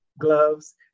gloves